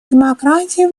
демократии